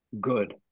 good